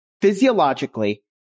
physiologically